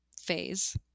phase